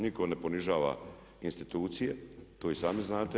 Nitko ne ponižava institucije, to i sami znate.